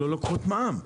לא לוקחות מע"מ,